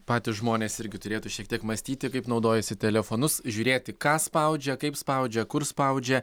patys žmonės irgi turėtų šiek tiek mąstyti kaip naudojasi telefonus žiūrėti ką spaudžia kaip spaudžia kur spaudžia